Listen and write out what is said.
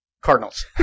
Cardinals